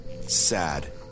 Sad